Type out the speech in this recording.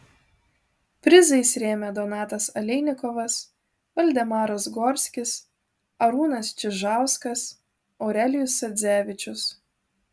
prizais rėmė donatas aleinikovas valdemaras gorskis arūnas čižauskas aurelijus sadzevičius